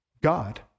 God